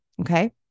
okay